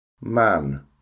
man